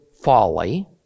folly